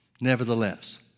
nevertheless